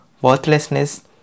worthlessness